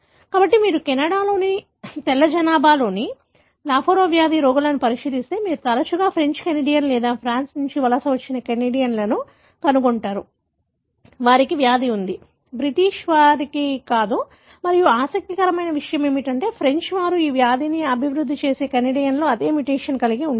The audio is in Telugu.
కాబట్టి మీరు కెనడాలోని తెల్ల జనాభాలోని లాఫోరా వ్యాధి రోగులను పరిశీలిస్తే మీరు తరచుగా ఫ్రెంచ్ కెనడియన్ లేదా ఫ్రాన్స్ నుండి వలస వచ్చిన కెనడియన్లను కనుగొంటారు వారికి వ్యాధి ఉంది బ్రిటిష్ వారికి కాదు మరియు ఆసక్తికరమైన విషయం ఏమిటంటే ఫ్రెంచ్ వారు ఈ వ్యాధిని అభివృద్ధి చేసే కెనడియన్లు అదే మ్యుటేషన్ కలిగి ఉంటారు